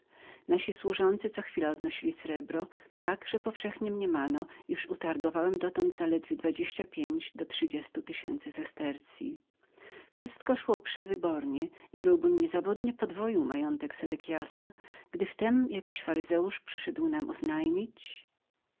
nasi służący co chwila odnosili srebro tak że powszechnie mniemano iż zaledwie dotąd utargowałem dwadzieścia pięć do trzydziestu tysięcy sesterców wszystko szło przewybornie i byłbym bez zawodu podwoił majątek sedekiasa gdyby jakiś faryzeusz nie przyszedł nam oznajmić